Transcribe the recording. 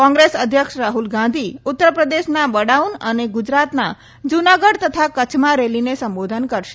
કોંગ્રેસ અધ્યક્ષ રાહુલ ગાંધી ઉત્તર પ્રદેશના બડાઉન અને ગુજરાતના જૂનાગઢ તથા કચ્છમાં રેલીને સંબોધશે